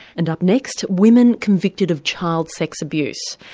and up next, women convicted of child sex abuse.